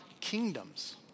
kingdoms